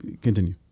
Continue